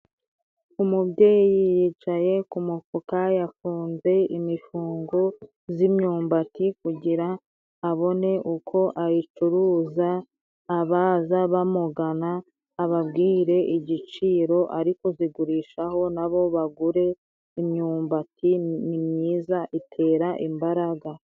Umubyeyi yicaye ku mufuka yafunze imifungungo z'imyumbati, kugira abone uko ayicuruza abaza bamugana ababwire igiciro, ariko zigurishaho nabo bagure, imyumbati ni myiza itera imbaraga.